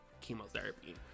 chemotherapy